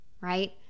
Right